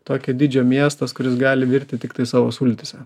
tokio dydžio miestas kuris gali virti tiktai savo sultyse